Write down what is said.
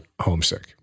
homesick